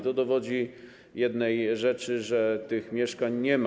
To dowodzi jednej rzeczy - że tych mieszkań nie ma.